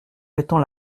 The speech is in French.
mettant